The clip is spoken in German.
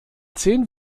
zehn